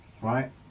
right